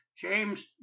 James